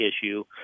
issue